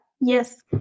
Yes